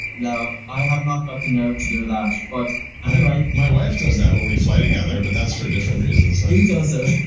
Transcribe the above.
now, i have not got the nerve to do that, but anyway my wife does that when we fly together but that's for different reasons he does it,